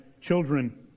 children